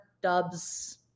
dubs